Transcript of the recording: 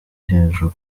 hejuru